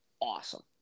awesome